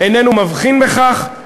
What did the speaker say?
איננו מבחין בכך,